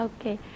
Okay